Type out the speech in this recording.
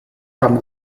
from